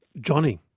Johnny